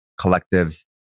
collectives